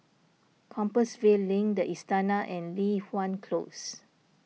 Compassvale Link the Istana and Li Hwan Close